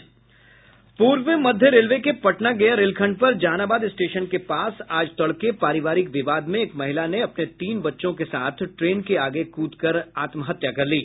पूर्व मध्य रेलवे के पटना गया रेलखंड पर जहानाबाद स्टेशन के पास आज तड़के पारिवारिक विवाद में एक महिला ने अपने तीन बच्चों के साथ ट्रेन के आगे कूदकर आत्महत्या कर ली